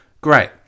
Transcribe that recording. great